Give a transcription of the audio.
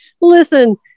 listen